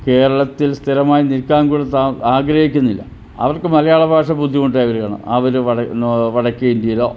കേരളത്തിൽ സ്ഥിരമായി നിൽക്കാൻകൂടി ആഗ്രഹിക്കുന്നില്ല അവർക്ക് മലയാളഭാഷ ബുദ്ധിമുട്ടായിവരികയാണ് അവർ വടക്കേ ഇന്ത്യയിലോ